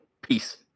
Peace